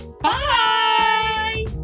Bye